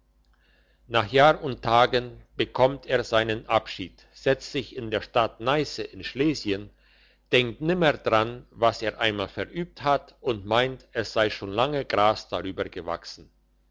nach jahr und tagen bekommt er seinen abschied setzt sich in der stadt neisse in schlesien denkt nimmer daran was er einmal verübt hat und meint es sei schon lange gras darüber gewachsen